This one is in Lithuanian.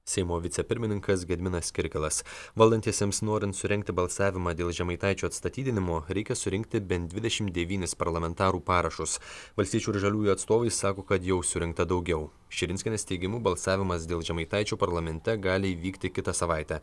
seimo vicepirmininkas gediminas kirkilas valdantiesiems norint surengti balsavimą dėl žemaitaičio atstatydinimo reikia surinkti bent dvidešimt devynis parlamentarų parašus valstiečių ir žaliųjų atstovai sako kad jau surinkta daugiau širinskienės teigimu balsavimas dėl žemaitaičio parlamente gali įvykti kitą savaitę